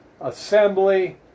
Assembly